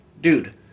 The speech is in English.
Dude